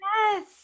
yes